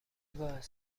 باعث